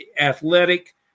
athletic